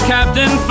Captain